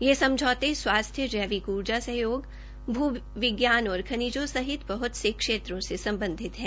वे समझौते स्वास्थ्य जैविक ऊर्जा सहयोग भू विज्ञान और खनिजों सहित बहत से क्षेत्रों से संबंधित हैं